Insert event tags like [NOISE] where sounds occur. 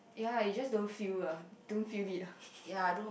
ya you just don't feel a don't feel it ah [BREATH]